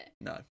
No